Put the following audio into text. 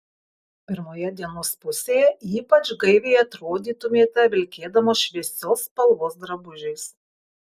pirmoje dienos pusėje ypač gaiviai atrodytumėte vilkėdamos šviesios spalvos drabužiais